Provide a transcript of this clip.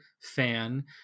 fan